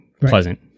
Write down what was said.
pleasant